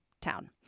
town